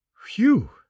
Phew